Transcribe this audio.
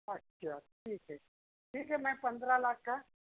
अच्छा ठीक है ठीक है मैं पंद्रह लाख का